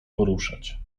poruszać